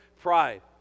Pride